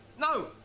No